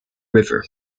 river